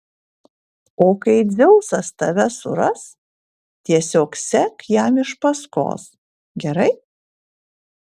o kai dzeusas tave suras tiesiog sek jam iš paskos gerai